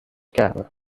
کردم